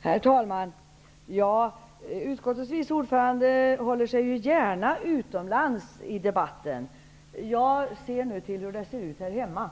Herr talman! Utskottets vice ordförande håller sig gärna utomlands i debatten. Jag ser nu till hur det ser ut här hemma